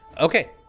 Okay